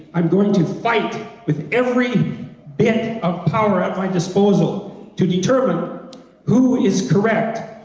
i'm going to fight with every bit of power at my disposal to determine who is correct,